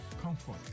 comfort